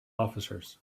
officers